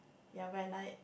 ya when I